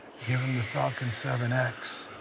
give him the falcon seven x,